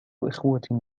إخوة